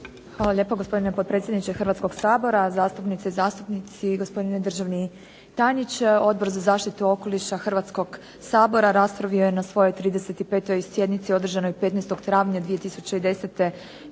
Hvala lijepo gospodine potpredsjedniče Hrvatskog sabora. Zastupnice i zastupnici, gospodine državni tajniče. Odbor za zaštitu okoliša Hrvatskog sabora raspravio je na svojoj 35. sjednici održanoj 15. travnja 2010.